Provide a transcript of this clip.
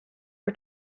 for